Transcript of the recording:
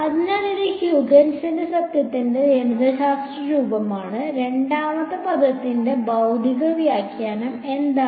അതിനാൽ ഇത് ഹ്യൂഗന്റെ തത്വത്തിന്റെ ഗണിതശാസ്ത്ര രൂപമാണ് രണ്ടാമത്തെ പദത്തിന്റെ ഭൌതിക വ്യാഖ്യാനം എന്താണ്